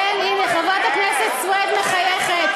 כן, הנה, חברת הכנסת סויד מחייכת.